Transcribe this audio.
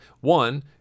one